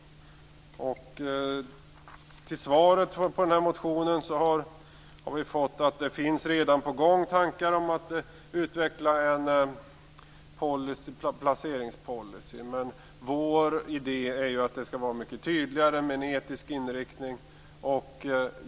I svaret på motionen sägs att det redan finns tankar om att utveckla en placeringspolicy. Vår idé är dock att det skall vara en mycket tydligare etisk inriktning.